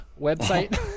website